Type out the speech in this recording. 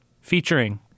Featuring